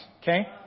okay